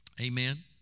Amen